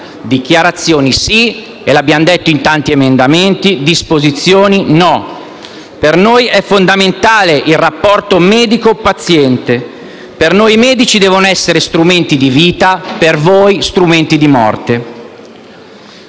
dichiarazioni sì - l'abbiamo proposto in tanti emendamenti - disposizioni no. Per noi è fondamentale il rapporto medico-paziente. Per noi i medici devono essere strumenti di vita, per voi strumenti di morte.